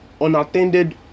unattended